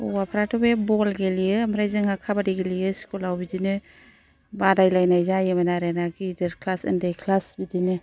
हौवाफ्राथ' बे बल गेलेयो ओमफ्राय जोंहा काबादि गेलेयो स्कुल आव बिदिनो बादायलायनाय जायोमोन आरोना गिदिर क्लास ओन्दै क्लास बिदिनो